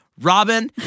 Robin